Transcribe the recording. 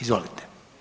Izvolite.